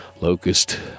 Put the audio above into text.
locust